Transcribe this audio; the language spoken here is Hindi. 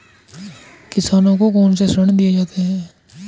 किसानों को कौन से ऋण दिए जाते हैं?